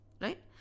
Right